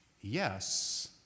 yes